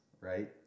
right